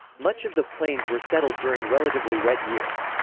much of the plains were settled during relatively wet years.